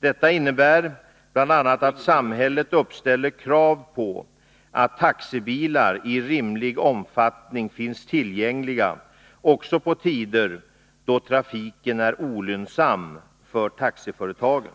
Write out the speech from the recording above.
Detta innebär bl.a. att samhället uppställer krav på att taxibilar i rimlig omfattning finns tillgängliga också på tider då trafiken är olönsam för taxiföretagen.